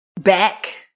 back